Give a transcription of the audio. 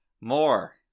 more